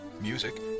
Music